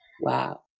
Wow